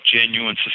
genuine